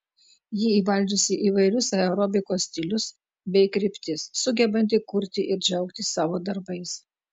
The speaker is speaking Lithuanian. ji įvaldžiusi įvairius aerobikos stilius bei kryptis sugebanti kurti ir džiaugtis savo darbais